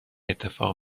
اتفاق